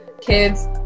kids